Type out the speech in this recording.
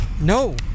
No